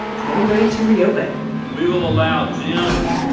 is getting ready to reopen we will allow gyms,